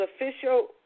official